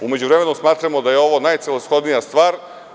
U međuvremenu smatramo da je ovo najcelishodnija stvar.